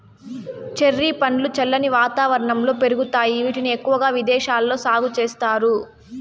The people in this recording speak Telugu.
చెర్రీ పండ్లు చల్లని వాతావరణంలో పెరుగుతాయి, వీటిని ఎక్కువగా విదేశాలలో సాగు చేస్తారు